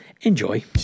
enjoy